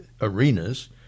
arenas